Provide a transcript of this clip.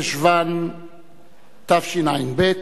בחשוון תשע"ב,